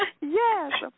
Yes